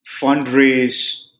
fundraise